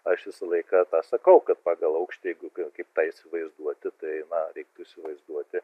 aš visą laiką tą sakau kad pagal aukštį jeigu kaip tą įsivaizduoti tai na reiktų įsivaizduoti